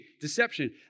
deception